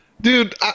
dude